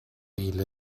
ile